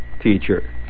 teacher